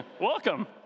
Welcome